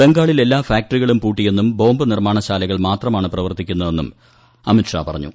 ബംഗാളിൽ എല്ലാ ഫാക്ടറികളും പൂട്ടിയെന്നും ബോംബ് നിർമാണശാലകൾ മാത്രമാണ് പ്രവർത്തിക്കുന്നതെന്നും അമിത്ഷാ പറഞ്ഞു